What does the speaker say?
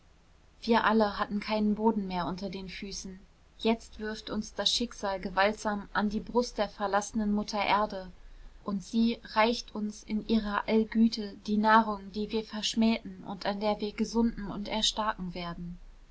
wir alle hatten keinen boden mehr unter den füßen jetzt wirft uns das schicksal gewaltsam an die brust der verlassenen mutter erde und sie reicht uns in ihrer allgüte die nahrung die wir verschmähten und an der wir gesunden und erstarken werden